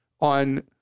on